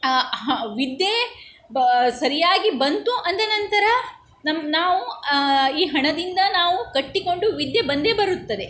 ವಿದ್ಯೆ ಬ ಸರಿಯಾಗಿ ಬಂತು ಅಂದ ನಂತರ ನಮ್ಮ ನಾವು ಈ ಹಣದಿಂದ ನಾವು ಕಟ್ಟಿಕೊಂಡು ವಿದ್ಯೆ ಬಂದೇ ಬರುತ್ತದೆ